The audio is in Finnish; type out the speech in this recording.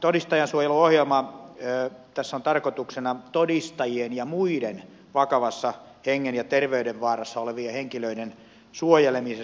tässä todistajansuojeluohjelmassa on tarkoituksena todistajien ja muiden vakavassa hengen ja terveydenvaarassa olevien henkilöiden suojeleminen